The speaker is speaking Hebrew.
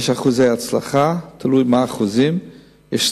יש אחוזי הצלחה תלוי מה האחוזים, יש סטנדרט.